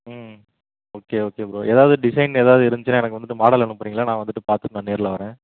ம் okay okay bro ஏதாவது design ஏதாவது இருந்துச்சுன்னா எனக்கு வந்துட்டு மாடல் அனுப்புகிறீங்களா நான் வந்துட்டு பார்த்துட்டு நான் நேரில் வர்றேன்